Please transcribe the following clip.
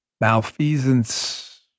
Malfeasance